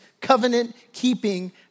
covenant-keeping